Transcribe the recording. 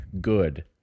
good